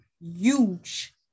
huge